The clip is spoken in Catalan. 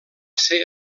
ser